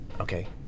okay